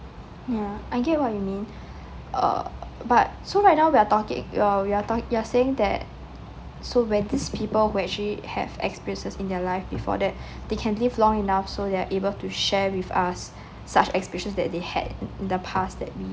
ya I get what you mean uh but so right now we're talking we're talking you're saying that so where these people who actually have experiences in their life before that they can live long enough so they're able to share with us such experiences that they had in the past that we